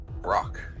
Brock